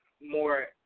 more